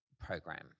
program